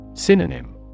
Synonym